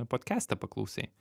podkeste paklausei